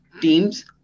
teams